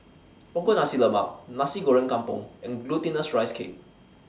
Punggol Nasi Lemak Nasi Goreng Kampung and Glutinous Rice Cake